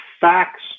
facts